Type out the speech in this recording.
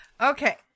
Okay